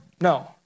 No